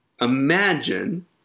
Imagine